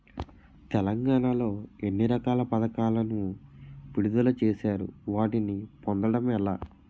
తెలంగాణ లో ఎన్ని రకాల పథకాలను విడుదల చేశారు? వాటిని పొందడం ఎలా?